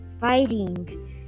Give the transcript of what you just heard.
fighting